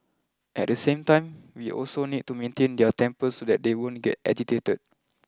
at the same time we also need to maintain their temper so that they won't get agitated